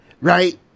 right